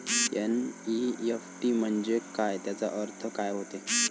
NEFT म्हंजे काय, त्याचा अर्थ काय होते?